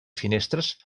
finestres